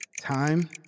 Time